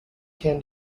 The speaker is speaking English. can